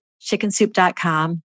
chickensoup.com